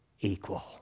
equal